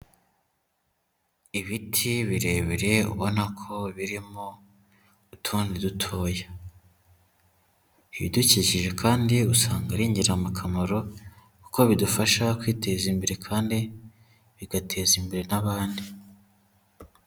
Ibiti birebire ubona ko birimo utundi dutoya, ibidukikije kandi usanga ari ingirakamaro kuko bidufasha kwiteza imbere kandi bigateza imbere n'abandi.